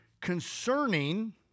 concerning